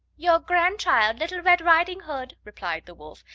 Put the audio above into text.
your grandchild, little red riding-hood, replied the wolf,